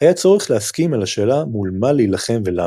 היה צורך להסכים על השאלה מול מה להילחם ולמה.